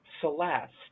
Celeste